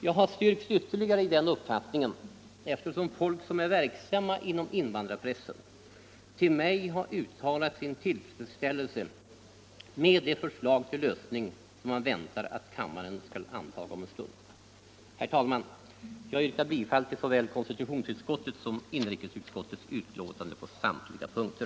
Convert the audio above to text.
Jag har styrkts ytterligare i denna uppfattning eftersom folk som är verksamma inom invandrarpressen till mig har uttalat sin tillfredsställelse med det förslag till lösning som man väntar att kammaren skall antaga om en stund. Herr talman! Jag yrkar bifall till konstitutionsutskottets och inrikesutskottets betänkanden på samtliga punkter.